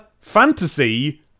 fantasy